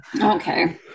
Okay